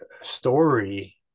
story